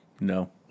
No